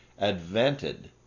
advented